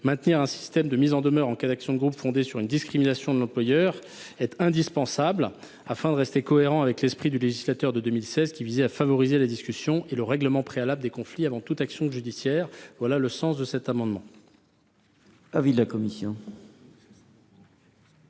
Maintenir un système de mise en demeure en cas d’action de groupe fondée sur une discrimination de l’employeur est indispensable afin de rester cohérent avec l’esprit du législateur de 2016, qui souhaitait favoriser la discussion et le règlement préalable des conflits avant toute action judiciaire. Quel est l’avis de